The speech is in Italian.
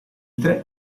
tre